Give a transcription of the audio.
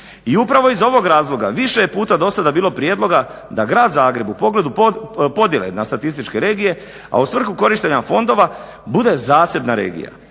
I upravo iz ovog razloga više je puta do sada bilo prijedloga da grad Zagreb u pogledu podjele na statističke regije, a u svrhu korištenja fondova bude zasebna regija